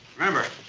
remember,